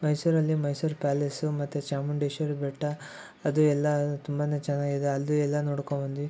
ಮೈಸೂರಲ್ಲಿ ಮೈಸೂರು ಪ್ಯಾಲೇಸು ಮತ್ತು ಚಾಮುಂಡೇಶ್ವರಿ ಬೆಟ್ಟ ಅದು ಎಲ್ಲ ತುಂಬ ಚೆನ್ನಾಗಿದೆ ಅಲ್ಲೂ ಎಲ್ಲ ನೋಡ್ಕೊಂಡ್ಬಂದ್ವಿ